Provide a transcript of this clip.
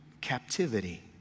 captivity